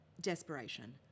Desperation